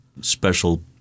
special